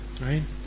Right